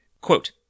Quote